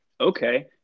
okay